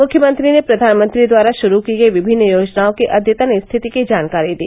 मुख्यमंत्री ने प्रधानमंत्री द्वारा षुरू की गयी विभिन्न योजनाओं की अद्यतन स्थिति की जानकारी दी